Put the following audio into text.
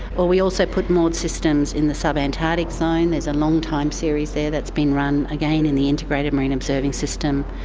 or we also put moored systems in the sub-antarctic zone, there's a long-time series there that's been run again in the integrated marine observing system,